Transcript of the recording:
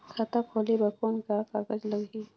खाता खोले बर कौन का कागज लगही?